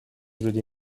really